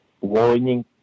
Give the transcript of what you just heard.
warning